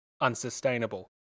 unsustainable